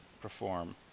perform